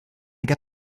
get